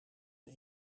een